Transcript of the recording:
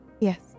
Yes